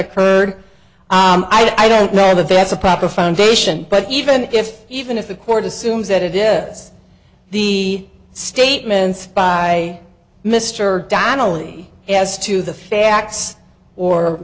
occurred i don't know if that's a proper foundation but even if even if the court assumes that it is the statements by mr donnelly as to the facts or